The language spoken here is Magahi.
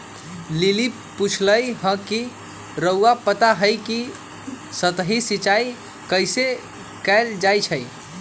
लिली पुछलई ह कि रउरा पता हई कि सतही सिंचाई कइसे कैल जाई छई